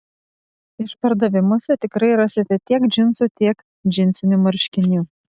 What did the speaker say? išpardavimuose tikrai rasite tiek džinsų tiek džinsinių marškinių